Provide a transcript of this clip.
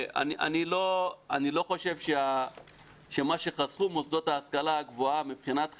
אני לא חושב שמה שחסכו מוסדות ההשכלה הגבוהה מבחינת חשמל,